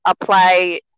apply